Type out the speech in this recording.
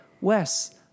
Wes